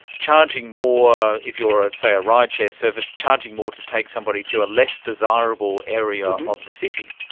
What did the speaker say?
charging more if you are, ah say, a rideshare service, charging more to take somebody to a less desirable area of the city.